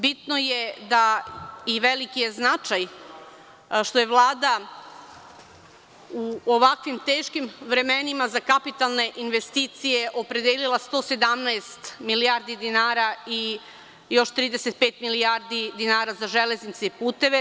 Bitno je i veliki je značaj što je Vlada u ovakvim teškim vremenima za kapitalne investicije opredelila 117 milijardi dinara i još 35 milijardi dinara za železnice i puteve.